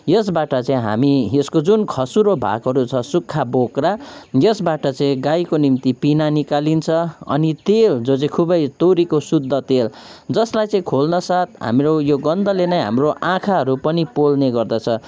यसबाट चाहिँ हामी यसको जुन खस्रो भागहरू छ सुक्खा बोक्रा यसबाट चाहिँ गाईको निम्ति पिना निकालिन्छ अनि तेल जो चाहिँ खुबै तोरीको शुद्ध तेल जसलाई चाहिँ खोल्नसाथ हाम्रो यो गन्धले नै हाम्रो आँखााहरू पनि पोल्ने गर्दछ